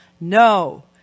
No